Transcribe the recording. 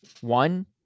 One